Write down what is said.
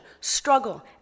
struggle